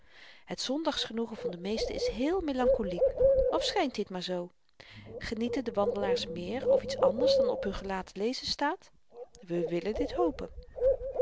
het zondagsgenoegen van de meesten is heel melankoliek of schynt dit maar zoo genieten de wandelaars meer of iets anders dan op hun gelaat te lezen staat we willen dit hopen